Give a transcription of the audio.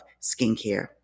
skincare